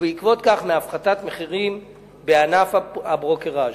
ובעקבות זאת, מהפחתת מחירים בענף הברוקראז'.